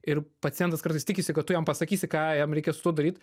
ir pacientas kartais tikisi kad tu jam pasakysi ką jam reikia su tuo daryt